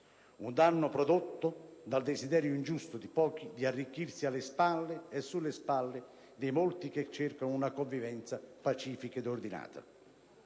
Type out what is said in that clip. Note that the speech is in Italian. un danno prodotto dal desiderio ingiusto di pochi di arricchirsi alle spalle e sulle spalle dei molti che cercano una convivenza pacifica ed ordinata.